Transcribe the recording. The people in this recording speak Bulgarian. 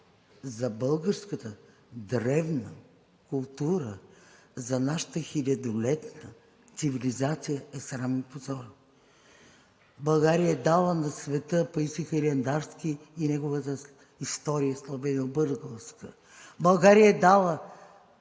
за българската древна култура, за нашата хилядолетна цивилизация е срам и позор! България е дала на света Паисий Хилендарски и неговата „История славянобългарска“. България е дала